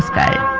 a a